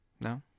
No